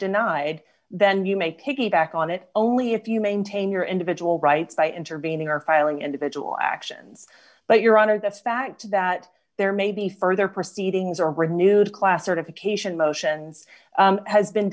denied then you make piggyback on it only if you maintain your individual rights by intervening or filing individual actions but your honor the fact that there may be further proceedings or a new class certification motions has been